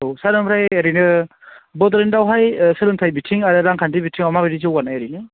औ सार आमफ्राय ओरैनो बड'लेण्डआवहाय सोलोंथाइ बिथिं आरो रांखान्थि बिथिङाव माबादि जौगानाय ओरैनो